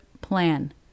plan